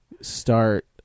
start